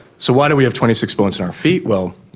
so why do we have twenty six bones in our feet? well,